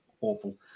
awful